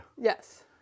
Yes